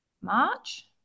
March